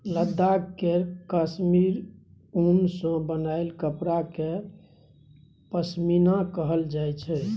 लद्दाख केर काश्मीर उन सँ बनाएल कपड़ा केँ पश्मीना कहल जाइ छै